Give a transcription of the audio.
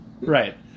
Right